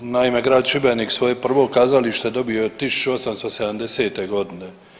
Naime grad Šibenik svoje prvo kazalište dobio je 1870. godine.